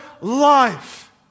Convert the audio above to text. life